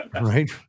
right